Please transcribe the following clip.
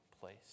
place